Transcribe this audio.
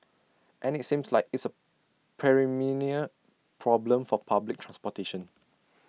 and IT seems like it's A problem for public transportation